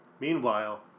Meanwhile